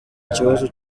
ikibazo